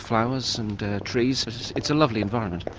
flowers and trees it's a lovely environment.